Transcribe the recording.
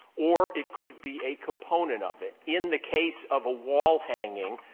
or it could be a component of it. in the case of a wall hanging,